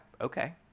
okay